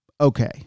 okay